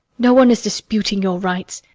no one is disputing your rights.